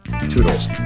toodles